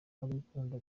abikunda